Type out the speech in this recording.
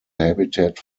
habitat